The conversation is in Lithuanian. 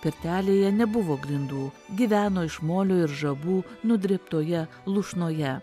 pirtelėje nebuvo grindų gyveno iš molio ir žabu nudrėbtoje lūšnoje